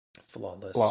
Flawless